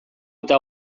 eta